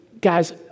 guys